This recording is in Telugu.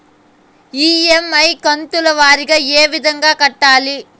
ఇ.ఎమ్.ఐ కంతుల వారీగా ఏ విధంగా కట్టాలి